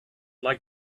like